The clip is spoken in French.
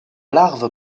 larve